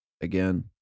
again